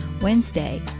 Wednesday